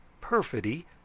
perfidy